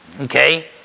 Okay